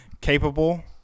Capable